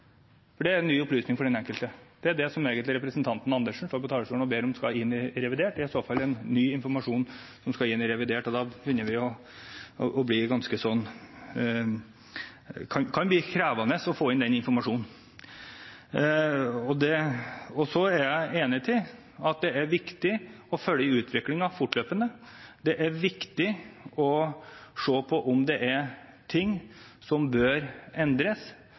for det er en ny opplysning for den enkelte. Det er det representanten Andersen egentlig står på talerstolen og ber om skal inn i revidert. Det er i så fall en ny informasjon som skal inn i revidert, og det kan bli krevende å få inn den informasjonen. Så er jeg enig i at det er viktig å følge utviklingen fortløpende. Det er viktig å se på om det er ting som bør endres.